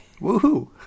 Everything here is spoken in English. Woohoo